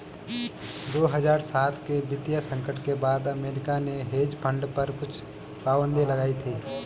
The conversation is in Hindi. दो हज़ार सात के वित्तीय संकट के बाद अमेरिका ने हेज फंड पर कुछ पाबन्दी लगाई थी